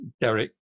Derek